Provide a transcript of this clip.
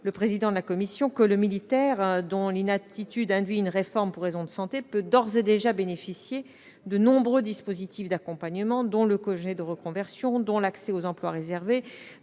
Le rapporteur l'a rappelé, le militaire dont l'inaptitude entraîne une réforme pour raisons de santé peut d'ores et déjà bénéficier de nombreux dispositifs d'accompagnement, dont le congé de reconversion, l'accès aux emplois réservés